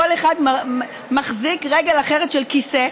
כל אחד מחזיק רגל אחרת של כיסא,